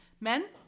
Men